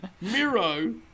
Miro